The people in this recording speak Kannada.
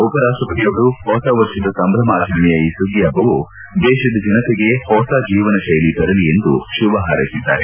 ಉಪರಾಷ್ಷಪತಿ ಅವರು ಹೊಸ ವರ್ಷದ ಸಂಭ್ರಮ ಆಚರಣೆಯ ಈ ಸುಗ್ಗಿ ಹಬ್ಬವು ದೇಶದ ಜನತೆಗೆ ಹೊಸ ಜೀವನ ಶೈಲಿ ತರಲಿ ಎಂದು ಶುಭ ಹಾರ್ಲೆಸಿದ್ದಾರೆ